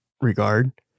regard